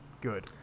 Good